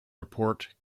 report